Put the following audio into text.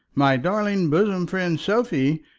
my darling bosom friend sophie,